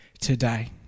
today